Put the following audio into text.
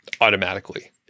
Automatically